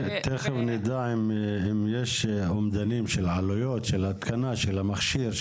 תיכף נדע אם יש אומדנים של עלויות של התקנה של המכשיר,